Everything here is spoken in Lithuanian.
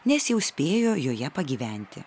nes jau spėjo joje pagyventi